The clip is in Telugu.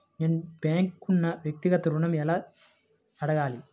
నేను బ్యాంక్ను వ్యక్తిగత ఋణం ఎలా అడగాలి?